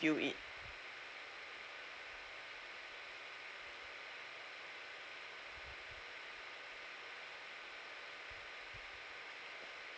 ~view it